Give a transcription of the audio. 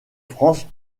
france